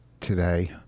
Today